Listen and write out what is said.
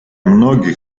многих